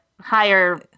higher